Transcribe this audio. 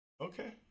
Okay